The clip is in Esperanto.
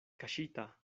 kaŝita